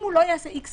אם הוא לא יעשה X,